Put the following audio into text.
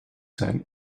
zijn